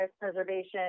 preservation